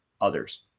others